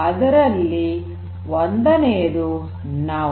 ಅವುಗಳಲ್ಲಿ ಒಂದನೆಯದು ನೌ